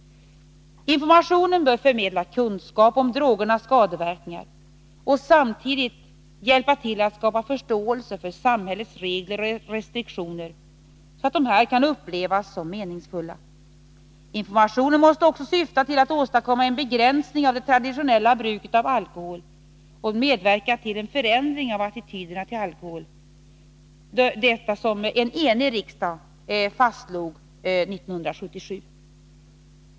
Informationen bör förmedla kunskap om drogernas skadeverkningar och samtidigt hjälpa till att skapa förståelse för samhällets regler och restriktioner så att dessa kan upplevas som meningsfulla. Informationen måste också syfta till att åstadkomma en begränsning av det traditionella bruket av alkohol och medverka till en förändring av attityderna till alkohol. Detta slog en enig riksdag fast år 1977.